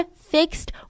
fixed